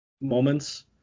moments